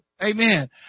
amen